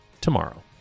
tomorrow